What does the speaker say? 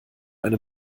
eine